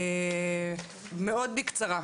מאוד בקצרה.